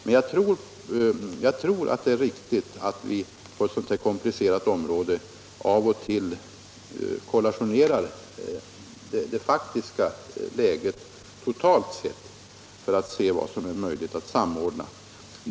Men jag tror att det är riktigt att vi inom ett så här komplicerat område av och till kollationerar det faktiska läget totalt sett för att se vad som är möjligt att samordna.